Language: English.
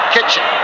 Kitchen